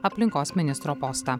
aplinkos ministro postą